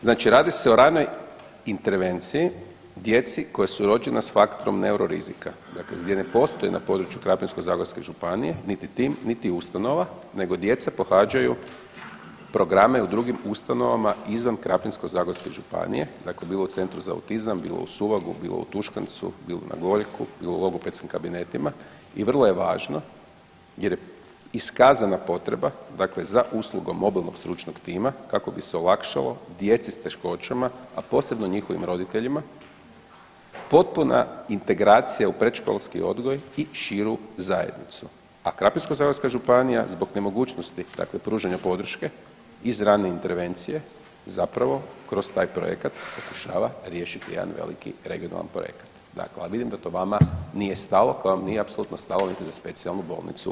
Znači radi se o ranoj intervenciji, djeci koji su rođena s faktorom neuro rizika, dakle gdje ne postoji na području Krapinsko-zagorske županije niti tim, niti ustanova, nego djeca pohađaju programe u drugim ustanovama izvan Krapinsko-zagorske županije dakle bilo u Centru za autizam, bilo u Suvag-u, bilo u Tuškancu, bilo na Goljku , bilo u logopedskim kabinetima i vrlo je važno jer je iskazana potreba dakle za uslugom mobilnog stručnog tima kako bi se olakšalo djeci s teškoćama, a posebno njihovim roditeljima potpuna integracija u predškolski odgoj i širu zajednicu, a Krapinsko-zagorska županija zbog nemogućnosti dakle pružanja podrške iz rane intervencije zapravo, kroz taj projekat pokušava riješiti jedan veliki regionalan projekat, dakle a vidim da to vama nije stalo, da vam nije apsolutno stalo za Specijalnu bolnicu.